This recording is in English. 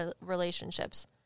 relationships